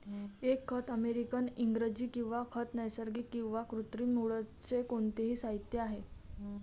एक खत अमेरिकन इंग्रजी किंवा खत नैसर्गिक किंवा कृत्रिम मूळचे कोणतेही साहित्य आहे